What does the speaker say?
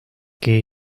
que